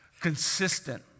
Consistent